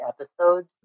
episodes